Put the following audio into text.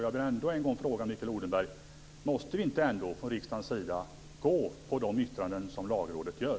Jag vill än en gång fråga Mikael Odenberg: Måste vi inte från riksdagens sida gå efter de yttranden som Lagrådet gör?